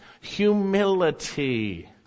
humility